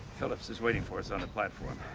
philips is waiting for us on the platform.